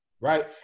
right